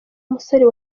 umusore